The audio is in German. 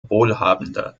wohlhabender